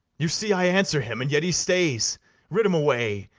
you see i answer him, and yet he stays rid him away,